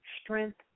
strength